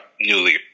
Newly